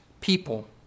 people